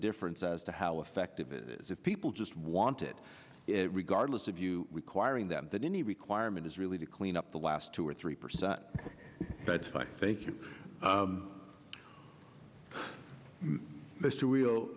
difference as to how effective it is if people just want it regardless of you requiring them that any requirement is really to clean up the last two or three percent that's fine thank you mr